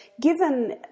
given